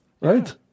Right